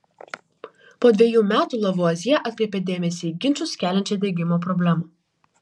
po dvejų metų lavuazjė atkreipė dėmesį į ginčus keliančią degimo problemą